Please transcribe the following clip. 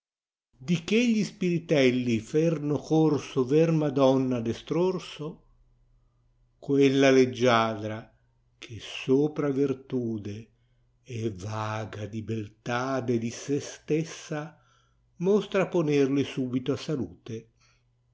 di che gli spiritelli ferno corso ver madonna a destrorso quella leggiadra che ìojira tcrtnte e vaga di beliate di se stessa moitra ponerli subito a salute